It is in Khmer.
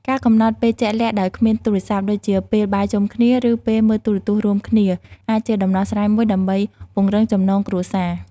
ការកំណត់ពេលជាក់លាក់ដោយគ្មានទូរស័ព្ទ ដូចជាពេលបាយជុំគ្នា ឬពេលមើលទូរទស្សន៍រួមគ្នា អាចជាដំណោះស្រាយមួយដើម្បីពង្រឹងចំណងគ្រួសារ។